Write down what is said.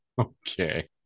Okay